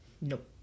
Nope